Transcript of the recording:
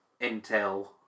intel